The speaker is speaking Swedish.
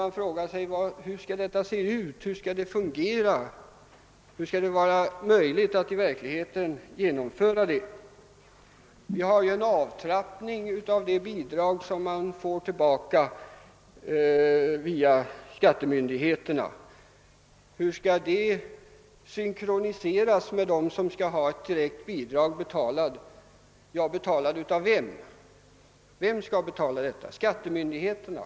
Man frågar sig hur detta bidrag skall se ut, hur det skall fungera och hur det skall bli möjligt att genomföra det i verkligheten. Vi har ju en avtrappning av de 1800 kr. man får tillbaka via skattemyndigheterna. Hur skall detta synkroniseras med det direkta bidrag som enl. mittenpartierna skall betalas ut? Ja, betalas ut av vem? Av skattemyndigheterna?